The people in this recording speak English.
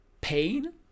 pain